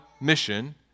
mission